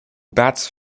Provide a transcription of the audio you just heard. bats